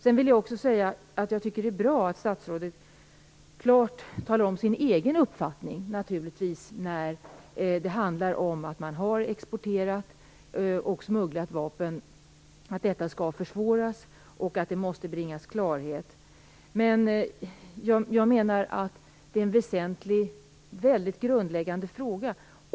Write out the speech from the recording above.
Jag vill också säga att det naturligtvis är bra att statsrådet klart talar om sin egen uppfattning när det handlar om att man har exporterat och smugglat vapen, att detta skall försvåras och att det måste bringas klarhet. Men jag menar att det är en väldigt grundläggande fråga.